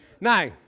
Now